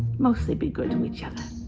mostly, be good to each and